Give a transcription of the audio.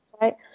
right